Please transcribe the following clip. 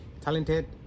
talented